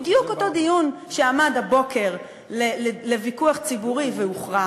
בדיוק אותו דיון שעמד הבוקר לוויכוח ציבורי והוכרע,